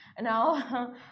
now